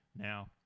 now